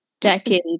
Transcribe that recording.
decade